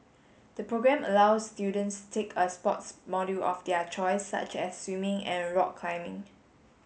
the programme allows students take a sports module of their choice such as swimming and rock climbing